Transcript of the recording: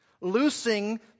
loosing